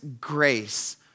grace